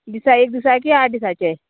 दिसा एक दिसा की आठ दिसाचे